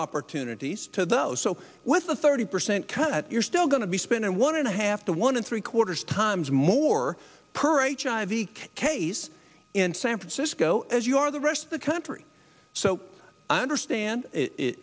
opportunities to those so with a thirty percent cut you're still going to be spent in one and a half to one and three quarters times more per h i v case in san francisco as you are the rest of the country so i understand